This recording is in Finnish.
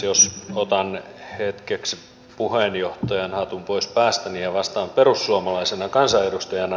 jos otan hetkeksi puheenjohtajan hatun pois päästäni ja vastaan perussuomalaisena kansanedustajana